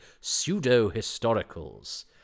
pseudo-historicals